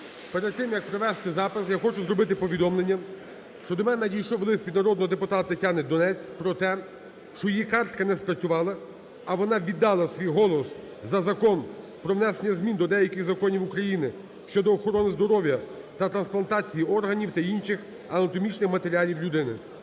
Перед тим як провести запис я хочу зробити повідомлення, що до мене надійшов лист від народного депутата Тетяни Донець про те, що її картка не спрацювала, а вона віддала свій голос за Закон про внесення змін до деяких законів України щодо охорони здоров'я та трансплантації органів та інших анатомічних матеріалів людини.